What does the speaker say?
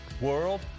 world